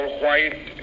White